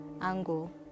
angle